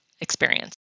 experience